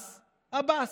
מס עבאס.